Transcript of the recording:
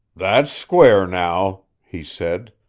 that's square, now, he said,